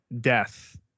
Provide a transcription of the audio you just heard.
death